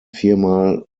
viermal